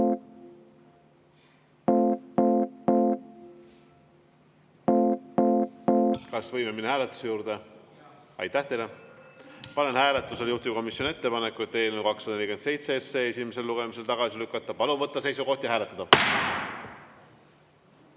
Võime minna hääletuse juurde. Suur tänu teile! Panen hääletusele juhtivkomisjoni ettepaneku eelnõu 201 esimesel lugemisel tagasi lükata. Palun võtta seisukoht ja hääletada!